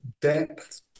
depth